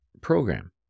program